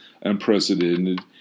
unprecedented